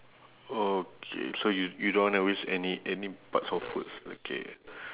okay so y~ you don't wanna waste any any parts of food okay